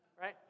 Right